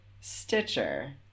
Stitcher